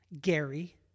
Gary